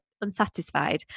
unsatisfied